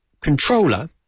controller